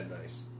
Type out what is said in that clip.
nice